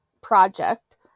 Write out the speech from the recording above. Project